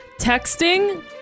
Texting